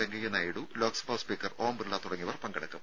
Venkaiah Naidu Lok Sabha speaker Om Birla തുടങ്ങിയവർ പങ്കെടുക്കും